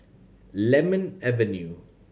Lemon Avenue